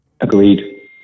Agreed